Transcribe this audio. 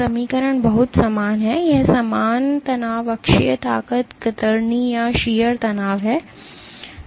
समीकरण बहुत समान है यह सामान्य तनाव अक्षीय ताकत कतरनी तनाव है